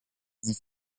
sie